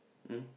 um